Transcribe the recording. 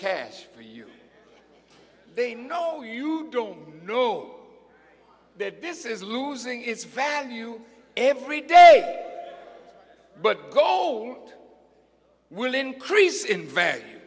cash for you they know you don't know what this is losing its value every day but gold will increase in